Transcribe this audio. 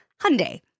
Hyundai